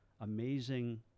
amazing